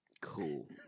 Cool